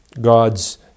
God's